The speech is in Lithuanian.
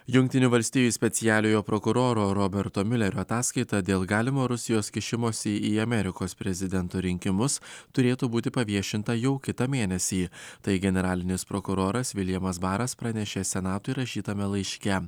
jungtinių valstijų specialiojo prokuroro roberto milerio ataskaitą dėl galimo rusijos kišimosi į amerikos prezidento rinkimus turėtų būti paviešinta jau kitą mėnesį tai generalinis prokuroras viljamas baras pranešė senatui rašytame laiške